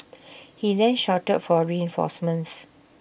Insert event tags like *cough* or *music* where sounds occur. *noise* he then shouted for reinforcements